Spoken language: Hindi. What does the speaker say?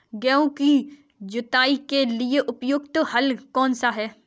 गेहूँ की जुताई के लिए प्रयुक्त हल कौनसा है?